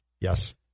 Yes